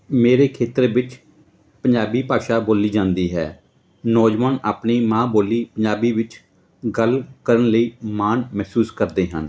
ਮੇਰੇ ਖੇਤਰ ਵਿੱਚ ਪੰਜਾਬੀ ਭਾਸ਼ਾ ਬੋਲੀ ਜਾਂਦੀ ਹੈ ਨੌਜਵਾਨ ਆਪਣੀ ਮਾਂ ਬੋਲੀ ਪੰਜਾਬੀ ਵਿੱਚ ਗੱਲ ਕਰਨ ਲਈ ਮਾਣ ਮਹਿਸੂਸ ਕਰਦੇ ਹਨ